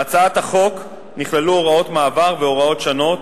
בהצעת החוק נכללו הוראות מעבר והוראות שונות,